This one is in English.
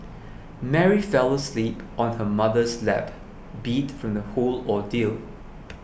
Mary fell asleep on her mother's lap beat from the whole ordeal